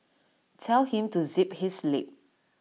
tell him to zip his lip